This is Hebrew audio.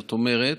זאת אומרת,